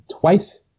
twice